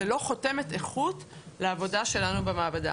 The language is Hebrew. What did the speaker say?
זאת לא חותמת איכות לעבודה שלנו במעבדה.